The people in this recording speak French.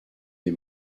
des